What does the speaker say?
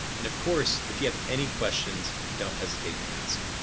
and of course if you have any questions, don't hesitate to ask.